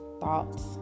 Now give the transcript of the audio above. thoughts